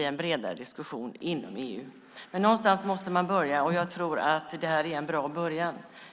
en bredare diskussion inom EU. Men någonstans måste man börja, och jag tror att det här är en bra början.